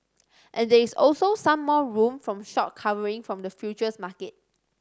and there is also some more room from short covering from the futures market